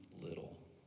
little